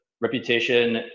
reputation